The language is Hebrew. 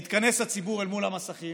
מתכנס הציבור אל מול המסכים